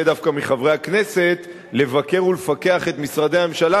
דווקא מחברי הכנסת לבקר ולפקח על משרדי הממשלה,